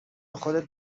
خودت